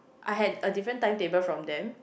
I had a different timetable from them